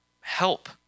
help